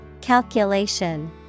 calculation